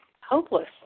hopeless